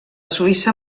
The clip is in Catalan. suïssa